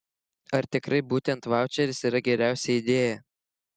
ar tikrai būtent vaučeris yra geriausia idėja